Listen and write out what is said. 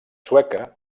sueca